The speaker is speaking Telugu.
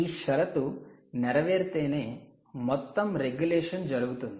ఈ షరతు నెరవేరితేనే మొత్తం రెగ్యులేషన్ జరుగుతుంది